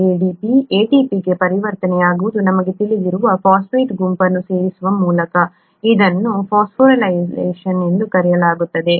ADP ATPಗೆ ಪರಿವರ್ತನೆಯಾಗುವುದು ನಮಗೆ ತಿಳಿದಿರುವ ಫಾಸ್ಫೇಟ್ ಗುಂಪನ್ನು ಸೇರಿಸುವ ಮೂಲಕ ಇದನ್ನು ಫಾಸ್ಫೊರಿಲೇಷನ್ ಎಂದು ಕರೆಯಲಾಗುತ್ತದೆ